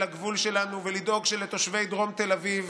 הגבול שלנו ולדאוג שלתושבי דרום תל אביב